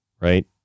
Right